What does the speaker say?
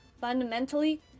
Fundamentally